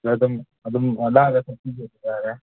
ꯑꯗꯨꯝ ꯑꯗꯨꯝ